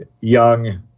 young